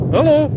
Hello